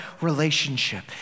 relationship